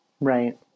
Right